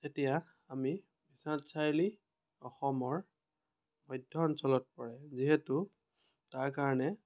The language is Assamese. এতিয়া আমি বিশ্বনাথ চাৰিআলি অসমৰ মধ্য অঞ্চলত পৰে যিহেতু তাৰ কাৰণে